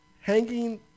Hanging